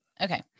Okay